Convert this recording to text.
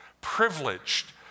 Privileged